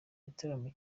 gitaramo